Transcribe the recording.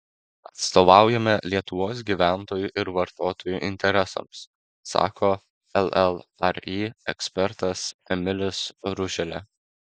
atstovaujame lietuvos gyventojų ir vartotojų interesams sako llri ekspertas emilis ruželė